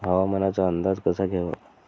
हवामानाचा अंदाज कसा घ्यावा?